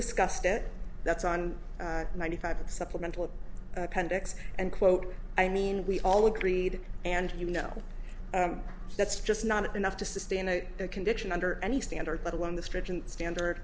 discussed it that's on ninety five supplemental appendix and quote i mean we all agreed and you no that's just not enough to sustain a conviction under any standard let alone the stringent standard